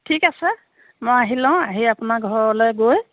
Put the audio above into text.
ঠিক আছে মই আহি লওঁ আহি আপোনাৰ ঘৰলৈ গৈ